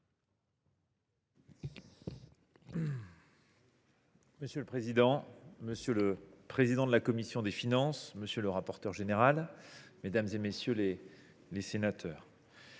Monsieur le président, monsieur le président de la commission des finances, monsieur le rapporteur général, mesdames, messieurs les sénateurs,